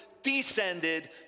Descended